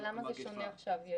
למה זה שונה עכשיו?